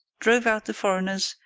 drove out the foreigners,